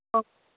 okay